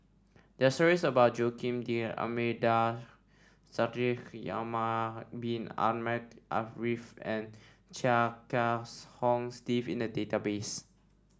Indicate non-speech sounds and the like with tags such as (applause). there are stories about Joaquim D'Almeida Shaikh (unintelligible) bin Ahmed Afifi and Chia Kiah (unintelligible) Hong Steve in the database